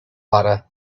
butter